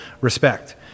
Respect